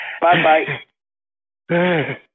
Bye-bye